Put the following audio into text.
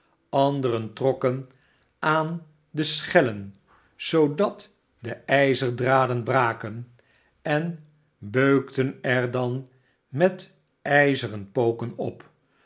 anderen trokken aan de schellen totdat de ijzerdraden braken en beukten er dan met ijzeren poken op